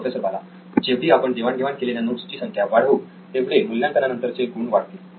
professor Bala जेवढी आपण देवाण घेवाण केलेल्या नोट्स ची संख्या वाढवू तेवढे मूल्यांकनानंतरचे गुण वाढतील